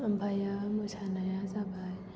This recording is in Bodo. ओमफायो मोसानाया जाबाय